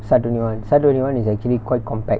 S_A_R twenty one S_A_R twenty one is actually quite compact